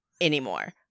anymore